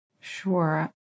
Sure